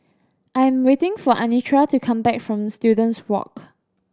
I am waiting for Anitra to come back from Students Walk